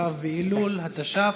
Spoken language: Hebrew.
ו' באלול התש"ף,